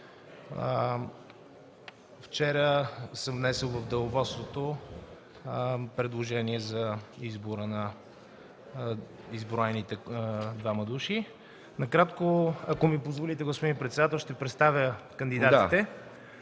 Вчера съм внесъл в Деловодството предложение за избор на посочените двама души. Накратко, ако ми позволите, господин председател, ще представя кандидатите.